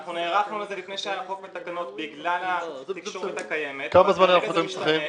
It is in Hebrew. אנחנו נערכנו לזה לפני שהיה -- כמה זמן היערכות אתם צריכים?